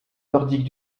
nordiques